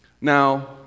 Now